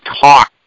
talk